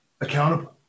accountable